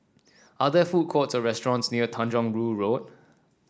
are there food courts or restaurants near Tanjong Rhu Road